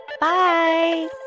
Bye